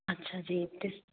ਅੱਛਾ ਜੀ ਅਤੇ